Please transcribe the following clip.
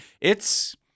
It's-